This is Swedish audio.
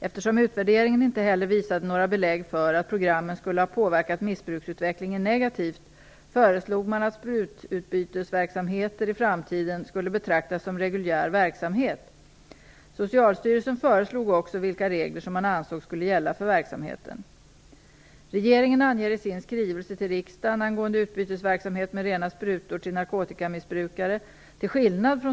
Eftersom utvärderingen inte heller visade några belägg för att programmen skulle ha påverkat missbruksutvecklingen negativt föreslog man att sprututbytesverksamheter i framtiden skulle betraktas som reguljär verksamhet. Socialstyrelsen föreslog också vilka regler som man ansåg skulle gälla för verksamheten.